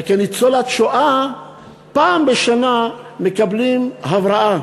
וכניצולת שואה פעם בשנה מקבלים הבראה